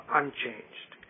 unchanged